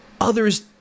others